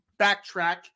backtrack